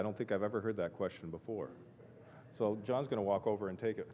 i don't think i've ever heard that question before so just going to walk over and take